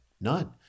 None